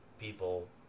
people